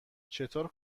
چطور